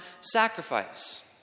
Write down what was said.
sacrifice